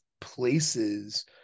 places